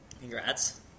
Congrats